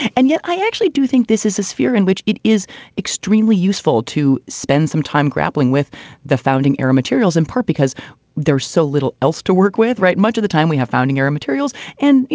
and yet, i actually do think this is a sphere in which it is extremely useful to spend some time grappling with the founding erra materials, in part because there's so little else to work with. right. much of the time we have founding ira materials and, you